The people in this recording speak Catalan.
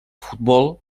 futbol